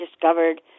discovered